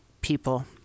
people